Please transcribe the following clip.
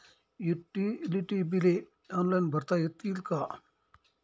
Utility बिले online भरता येतील का?